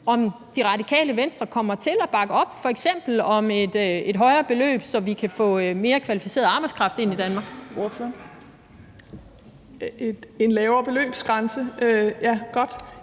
om Det Radikale Venstre kommer til at bakke op om f.eks. et højere beløb, så vi kan få mere kvalificeret arbejdskraft ind i Danmark. Kl. 15:05 Fjerde